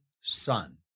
Son